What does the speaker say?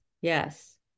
yes